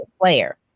player